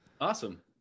Awesome